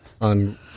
on